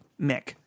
Mick